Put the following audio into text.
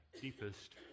deepest